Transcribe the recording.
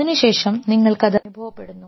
അതിനുശേഷം നിങ്ങൾക്ക് അത് അനുഭവപ്പെടുന്നു